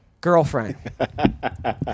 girlfriend